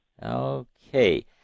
Okay